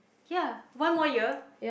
ya one more year